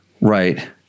right